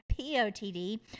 POTD